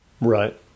Right